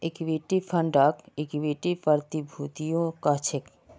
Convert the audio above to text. equity फंडक equity प्रतिभूतियो कह छेक